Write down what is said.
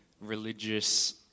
religious